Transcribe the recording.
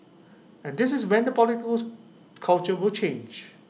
and this is when the culture will change